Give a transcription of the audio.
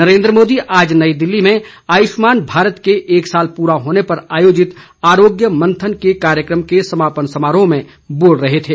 नरेन्द्र मोदी आज नई दिल्ली में आयुष्मान भारत के एक साल पूरे होने पर आयोजित आरोग्य मंथन के कार्यक्रम के समापन समारोह में बोल रहे थे